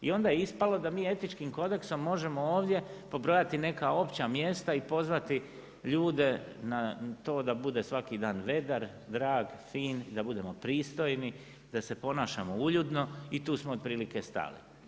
I onda je ispalo da mi etičkim kodeksom, možemo ovdje pobrojati neka opće mjesta i pozvati ljude na to da bude svaki dan vedar, drag, fin, da budemo pristojni, da se ponašamo uljudno i tu smo otprilike stali.